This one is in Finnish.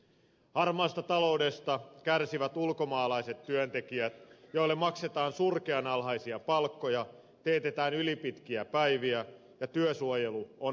harmaasta taloudesta kärsivät ulkomaalaiset työntekijät joille maksetaan surkean alhaisia palkkoja teetetään ylipitkiä päiviä ja työsuojelu on olematonta